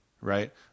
right